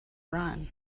run